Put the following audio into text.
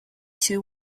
two